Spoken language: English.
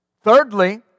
Thirdly